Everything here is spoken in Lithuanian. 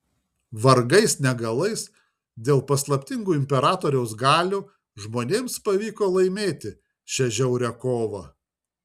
vargais negalais dėl paslaptingų imperatoriaus galių žmonėms pavyko laimėti šią žiaurią kovą